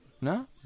No